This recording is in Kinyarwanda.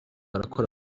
arakora